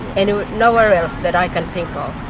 and and nowhere else that i can think um